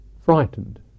frightened